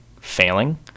failing